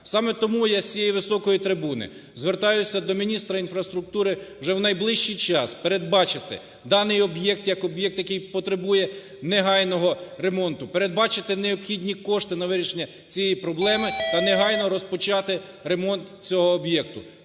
Саме тому я з цієї високої трибуни звертаюся до міністра інфраструктури вже в найближчий час передбачити даний об'єкт як об'єкт, який потребує негайного ремонту. Передбачити необхідні кошти на вирішення цієї проблеми а негайно розпочати ремонт цього об'єкту.